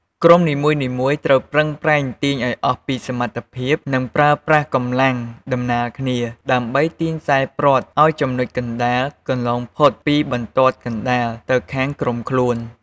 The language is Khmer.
ក្រុមនីមួយៗត្រូវប្រឹងប្រែងទាញឱ្យអស់ពីសមត្ថភាព និងប្រើប្រាស់កម្លាំងដំណាលគ្នា ដើម្បីទាញខ្សែព្រ័ត្រឱ្យចំណុចកណ្ដាលកន្លងផុតពីបន្ទាត់កណ្ដាលទៅខាងក្រុមខ្លួន។